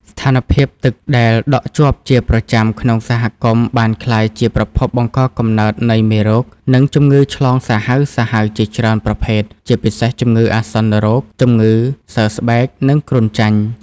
ស្ថានភាពទឹកដែលដក់ជាប់ជាប្រចាំក្នុងសហគមន៍បានក្លាយជាប្រភពបង្កកំណើតនៃមេរោគ និងជំងឺឆ្លងសាហាវៗជាច្រើនប្រភេទ ជាពិសេសជំងឺអាសន្នរោគ ជំងឺសើស្បែក និងគ្រុនចាញ់។